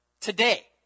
today